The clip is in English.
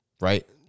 right